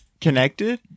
connected